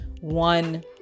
one